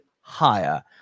higher